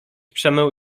przemył